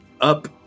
up